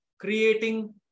creating